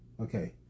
Okay